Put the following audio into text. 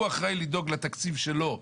הוא אחראי לדאוג לתקציב שלו,